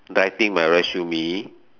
writing my resume